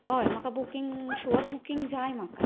हय म्हाका booking sure booking जाय म्हाका